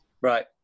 Right